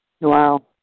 Wow